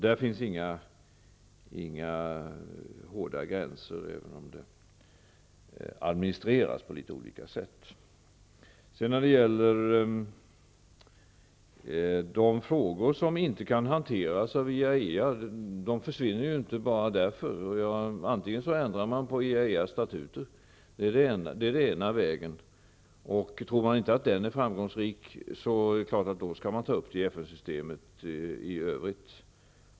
Där finns inga hårda gränser, även om det administreras på litet olika sätt. De frågor som inte kan hanteras av IAEA försvinner inte bara av den anledningen. Man kan ändra på IAEA:s statuter. Det är den ena vägen. Tror man inte att den är framgångsrik, skall man självfallet ta upp frågorna i FN-systemet i övrigt.